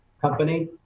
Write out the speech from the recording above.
company